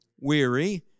Weary